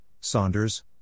Saunders